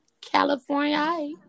California